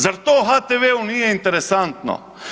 Zar to HTV-u nije interesantno?